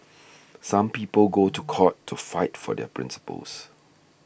some people go to court to fight for their principles